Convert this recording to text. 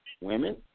women